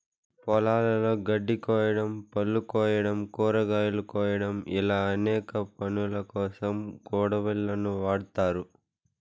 పొలాలలో గడ్డి కోయడం, పళ్ళు కోయడం, కూరగాయలు కోయడం ఇలా అనేక పనులకోసం కొడవళ్ళను వాడ్తారు